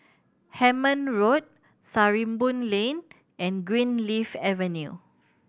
Hemmant Road Sarimbun Lane and Greenleaf Avenue